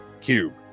cube